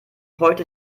heute